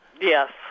Yes